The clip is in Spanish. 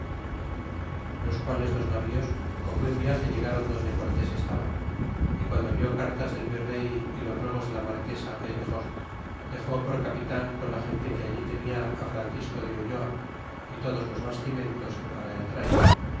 los quales dos navíos con buen viaje llegron donde cortés estaba y guando vió cartas del virey y los ruegos de la marquesa é hijos dexó por capitan con la gente qiie allí tenia á francisco de ulloa y todos los bastimentos que para él traia